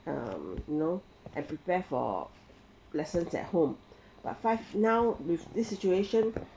um you know and prepare for lessons at home but right now with this situation